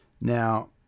Now